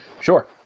Sure